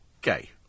gay